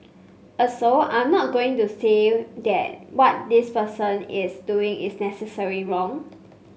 also I'm not going to say that what this person is doing is necessary wrong